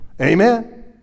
Amen